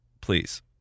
Please